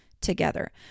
together